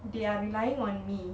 they're relying on me